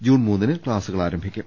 June മൂന്നിന് ക്ലാസുകൾ ആരംഭിക്കും